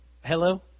Hello